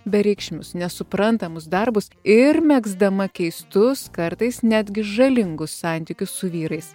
bereikšmius nesuprantamus darbus ir megzdama keistus kartais netgi žalingus santykius su vyrais